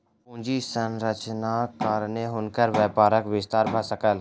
पूंजी संरचनाक कारणेँ हुनकर व्यापारक विस्तार भ सकल